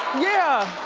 yeah.